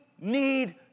need